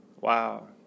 Wow